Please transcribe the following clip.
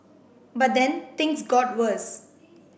but then things got worse